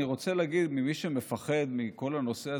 אני רוצה להגיד למי שמפחד מכל הנושא,